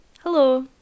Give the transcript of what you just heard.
Hello